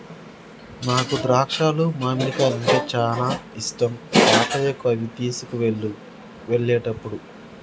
నాకు ద్రాక్షాలు మామిడికాయలు అంటే చానా ఇష్టం తాతయ్యకు అవి తీసుకువెళ్ళు వెళ్ళేటప్పుడు